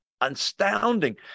Astounding